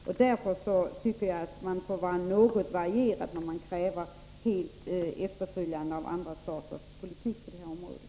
Jag tycker att man måste vara något varierad när man kräver total efterföljd av andra staters politik på det här området.